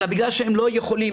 אלא בגלל שהם לא יכולים,